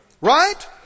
Right